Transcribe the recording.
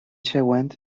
següent